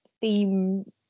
theme